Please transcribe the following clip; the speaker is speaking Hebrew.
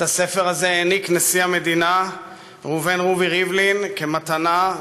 את הספר הזה העניק נשיא המדינה ראובן רובי ריבלין בביקורו